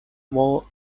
wall